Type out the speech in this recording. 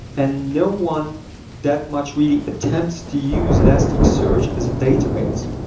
and no one that much really attempt to use elasticsearch as a database.